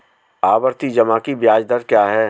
आवर्ती जमा की ब्याज दर क्या है?